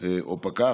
או פקח.